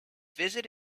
visit